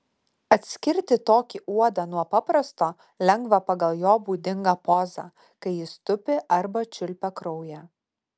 atskirti tokį uodą nuo paprasto lengva pagal jo būdingą pozą kai jis tupi arba čiulpia kraują